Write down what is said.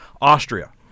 Austria